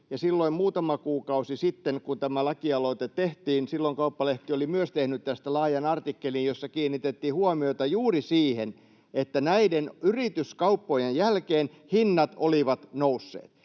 silloin muutama kuukausi sitten, kun tämä lakialoite tehtiin, Kauppalehti oli tehnyt tästä laajan artikkelin, jossa kiinnitettiin huomiota juuri siihen, että yrityskauppojen jälkeen hinnat olivat nousseet.